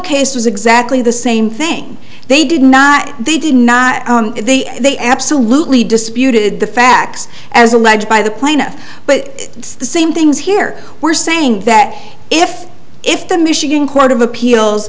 case was exactly the same thing they did not they did not the they absolutely disputed the facts as alleged by the plaintiff but it's the same things here were saying that if if the michigan court of appeals